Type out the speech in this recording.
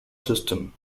system